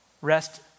rest